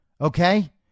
okay